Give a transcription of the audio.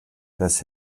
das